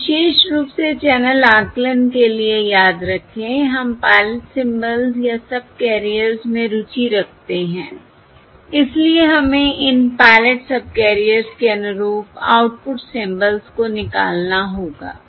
अब विशेष रूप से चैनल आकलन के लिए याद रखें हम पायलट सिंबल्स या सबकैरियर्स में रुचि रखते हैं इसलिए हमें इन पायलट सबकैरियर्स के अनुरूप आउटपुट सिंबल्स को निकालना होगा